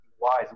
Wise